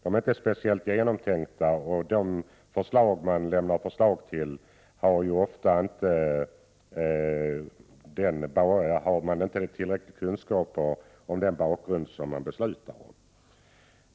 Ofta saknas tillräckliga kunskaper om bakgrunden för att man skall kunna fatta beslut.